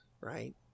right